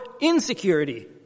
insecurity